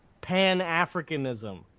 pan-Africanism